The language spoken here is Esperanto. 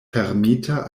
fermita